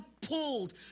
pulled